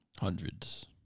Hundreds